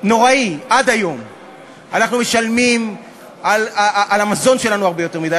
והיום תשובה יותר חשוב מכנסת ישראל,